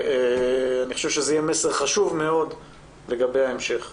אני חושב שזה יהיה מסר חשוב מאוד לגבי ההמשך.